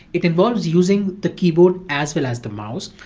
it involves using the keyboard as well as the mouse.